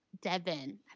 Devin